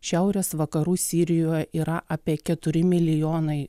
šiaurės vakarų sirijoje yra apie keturi milijonai